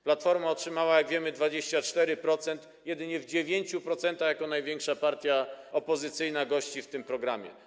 Platforma otrzymała, jak wiemy, 24%, jedynie w 9%, jako największa partia opozycyjna, gości w tym programie.